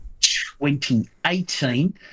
2018